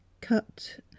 cut